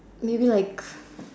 maybe like